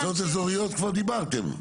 מועצות אזוריות כבר דיברתם.